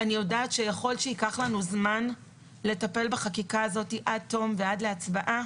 אני יודעת שיכול שייקח לנו זמן לטפל בחקיקה הזאת עד תום ועד להצבעה.